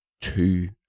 two